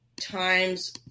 times